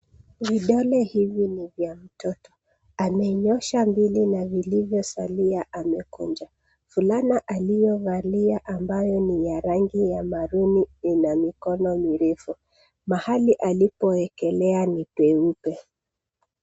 Vidole hivi ni vya mtoto. Amenyoosha mbili na vilivyosalia amekunja. Fulana aliyovalia ambayo ni ya rangi ya marooni ina mikono mirefu. Mahali alipowekelea ni peupe.